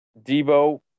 Debo